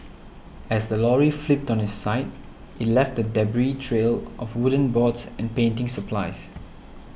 as the lorry flipped on its side it left a debris trail of wooden boards and painting supplies